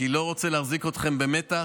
כי אני לא רוצה להחזיק אתכם במתח.